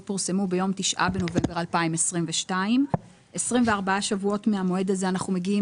פורסמו ביום 9 בנובמבר 2022. 24 שבועות מהמועד הזה אנחנו מגיעים